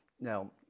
Now